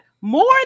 more